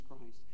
Christ